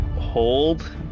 hold